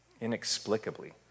inexplicably